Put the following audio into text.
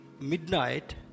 midnight